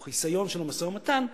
או חיסיון של המשא-ומתן,